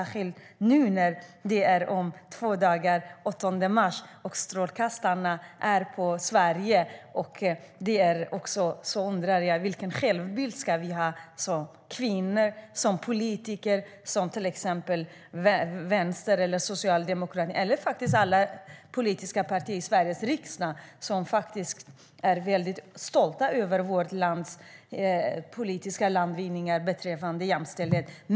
Om två dagar är det den 8 mars, och strålkastarna är på Sverige. Vilken självbild ska vi ha som kvinnor, politiker, vänsterpartister, socialdemokrater eller som politiker från något annat politiskt parti i Sveriges riksdag? Vi är stolta över de politiska landvinningar som har gjorts i vårt land beträffande jämställdhet.